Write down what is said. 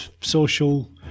social